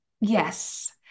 Yes